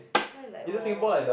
why like more